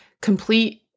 complete